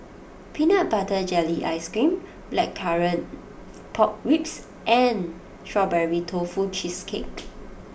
Peanut Butter Jelly Ice Cream Blackcurrant Pork Ribs and Strawberry Tofu Cheesecake